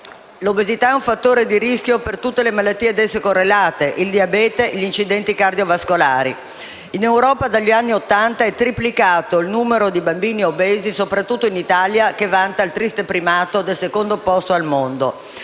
l'obesità è un fattore di rischio per tutte le malattie ad essa correlate: in particolare, mi riferisco al diabete e alle malattie cardiovascolari. In Europa dagli anni Ottanta è triplicato il numero di bambini obesi, soprattutto in Italia, che vanta il triste primato del secondo posto al mondo.